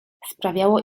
sprawiało